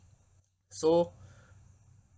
so